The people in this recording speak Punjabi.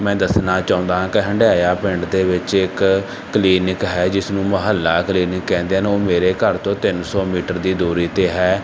ਮੈਂ ਦੱਸਣਾ ਚਾਹੁੰਦਾ ਕਿ ਹੰਡਿਆਇਆ ਪਿੰਡ ਦੇ ਵਿੱਚ ਇੱਕ ਕਲੀਨਿਕ ਹੈ ਜਿਸ ਨੂੰ ਮੁਹੱਲਾ ਕਲੀਨਿਕ ਕਹਿੰਦੇ ਹਨ ਉਹ ਮੇਰੇ ਘਰ ਤੋਂ ਤਿੰਨ ਸੌ ਮੀਟਰ ਦੀ ਦੂਰੀ 'ਤੇ ਹੈ